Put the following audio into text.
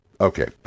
Okay